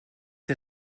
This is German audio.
der